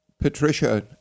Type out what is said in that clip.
Patricia